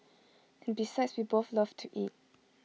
and besides we both love to eat